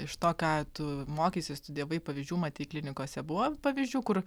iš to ką tu mokeisi studijavai pavyzdžių matei klinikose buvo pavyzdžių kur